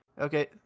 Okay